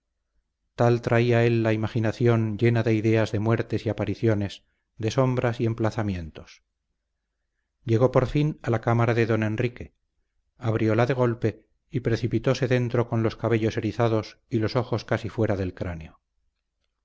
tal traía él la imaginación llena de ideas de muertes y apariciones de sombras y emplazamientos llegó por fin a la cámara de don enrique abrióla de golpe y precipitóse dentro con los cabellos erizados y los ojos casi fuera del cráneo